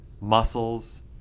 muscles